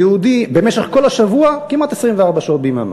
במשך כל השבוע, כמעט 24 שעות ביממה.